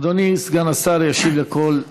אדוני סגן השר ישיב לכל השואלים.